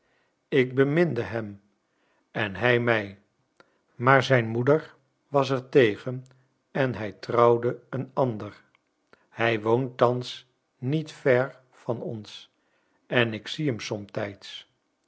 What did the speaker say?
ik beminde hem en hij mij maar zijn moeder was er tegen en hij trouwde een ander hij woont thans niet ver van ons en ik zie hem somtijds